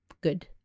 good